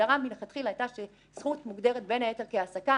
ההגדרה מלכתחילה הייתה שזכות מוגדרת בין היתר כהעסקה.